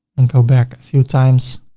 and go back a few times.